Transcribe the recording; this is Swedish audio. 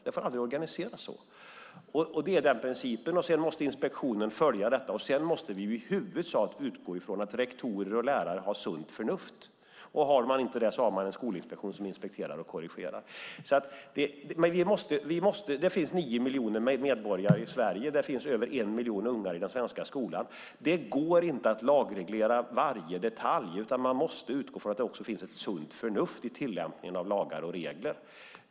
Det får inte organiseras så. Det är principen, och sedan måste inspektionen följa detta. Sedan måste vi i huvudsak utgå från att rektorer och lärare har sunt förnuft, och har de inte det har vi en skolinspektion som inspekterar och korrigerar. Det finns nio miljoner medborgare i Sverige. Det finns över en miljon ungar i den svenska skolan. Det går inte att lagreglera varje detalj, utan man måste utgå från att det finns ett sunt förnuft i tillämpningen av lagar och regler.